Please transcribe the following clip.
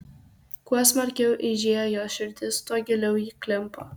kuo smarkiau eižėjo jos širdis tuo giliau ji klimpo